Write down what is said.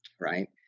Right